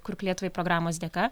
kurk lietuvai programos dėka